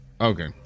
Okay